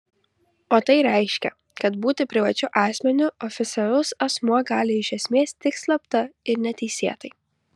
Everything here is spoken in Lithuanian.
o tai reiškia kad būti privačiu asmeniu oficialus asmuo gali iš esmės tik slapta ir neteisėtai